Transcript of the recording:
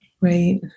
Right